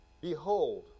behold